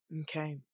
Okay